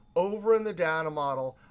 over in the data model,